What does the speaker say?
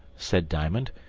said diamond,